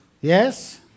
Yes